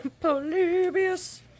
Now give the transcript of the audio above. Polybius